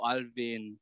Alvin